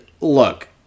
look